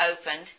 opened